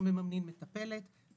אנחנו מממנים מטפלת,